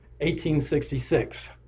1866